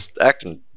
acting